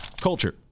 Culture